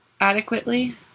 Adequately